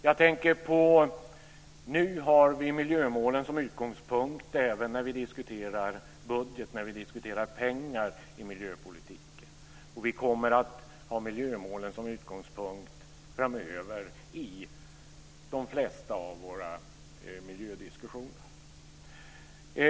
Jag tänker på att vi nu har miljömålen som utgångspunkt även när vi diskuterar budgeten och när vi diskuterar pengar i miljöpolitiken och vi kommer att ha miljömålen som utgångspunkt framöver i de flesta av våra miljödiskussioner.